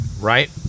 right